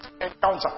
encounter